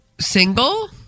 single